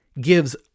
gives